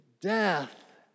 death